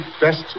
best